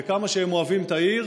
ועל כמה שהם אוהבים את העיר